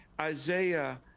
Isaiah